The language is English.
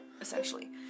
Essentially